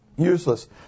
useless